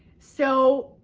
so,